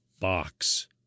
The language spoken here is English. box